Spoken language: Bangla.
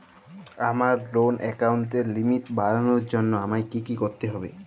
আমার লোন অ্যাকাউন্টের লিমিট বাড়ানোর জন্য আমায় কী কী করতে হবে?